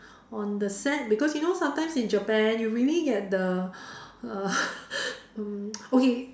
on the set because you know sometimes in Japan you really get the uh um okay